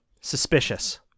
suspicious